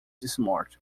smart